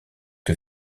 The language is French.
que